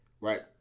right